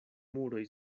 muroj